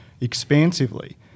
expansively